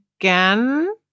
again